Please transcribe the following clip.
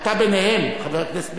אתה ביניהם, חבר הכנסת מיכאלי.